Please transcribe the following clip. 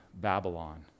Babylon